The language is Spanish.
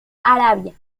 arabia